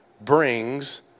brings